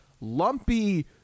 lumpy